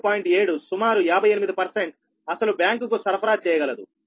7 సుమారు 58 అసలు బ్యాంకు కు సరఫరా చేయగలదు